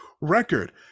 record